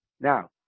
Now